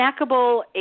snackable